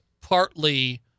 partly